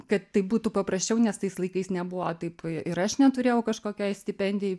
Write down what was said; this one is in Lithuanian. kad tai būtų paprasčiau nes tais laikais nebuvo taip ir aš neturėjau kažkokiai stipendijai